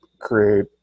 create